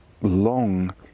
long